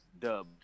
dubbed